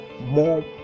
more